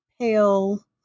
pale